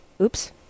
Oops